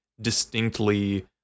distinctly